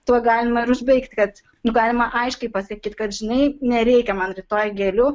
tuo galima ir užbaigt kad nu galima aiškiai pasakyt kad žinai nereikia man rytoj gėlių